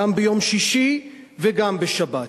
גם ביום שישי וגם בשבת.